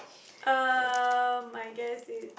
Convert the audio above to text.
um I guess it's